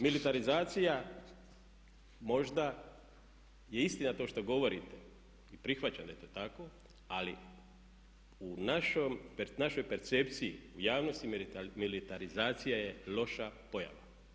Militarizacija možda je istina to što govorite i prihvaćam da je to tako, ali u našoj percepciji, u javnosti militarizacija je loša pojava.